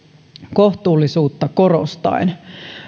kohtuullisuutta korostaen